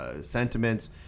sentiments